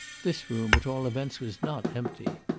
this room, at all events, was not empty.